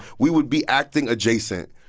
we would be acting adjacent,